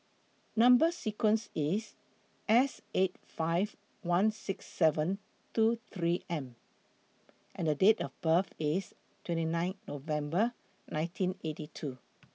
Number sequence IS S eight five one six seven two three M and Date of birth IS twenty nine November nineteen eighty two